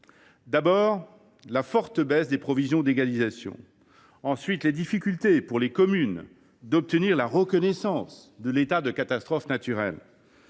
D’abord, la forte baisse des provisions d’égalisation, ensuite, les difficultés pour les communes d’obtenir la reconnaissance d’état de catastrophe naturelle,